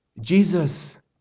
Jesus